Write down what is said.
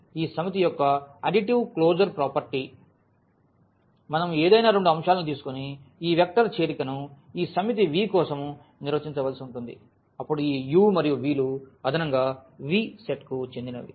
కాబట్టి ఈ సమితి యొక్క అడిటివ్ క్లోజర్ ప్రాపర్టీ మనం ఏదైనా రెండు అంశాలను తీసుకొని ఈ వెక్టర్ చేరికను ఈ సమితి V కోసం నిర్వచించవలసి ఉంటుంది అప్పుడు ఈ u మరియు v లు అదనంగా V సెట్కు చెందినది